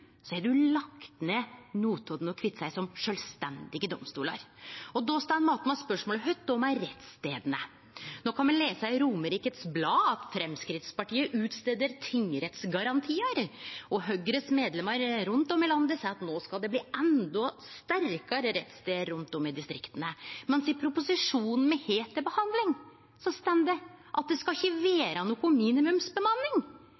så har ein lagt ned Notodden og Kviteseid som sjølvstendige domstolar. Då står me att med spørsmålet: Kva då med rettsstadene? No kan me lese i Romerikes Blad at Framstegspartiet kjem med tingrettsgarantiar, og Høgres medlemar rundt om i heile landet seier at no skal det bli endå sterkare rettsstader rundt om i distrikta. Men i proposisjonen me har til behandling, står det at det ikkje skal